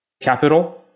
capital